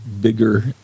bigger